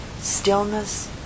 stillness